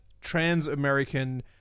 trans-American